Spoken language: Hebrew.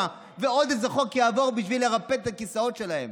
ועוד איזה חוק יעבור בשביל לרפד את הכיסאות שלהם.